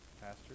Pastor